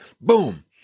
boom